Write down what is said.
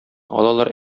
алалар